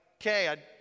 okay